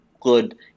good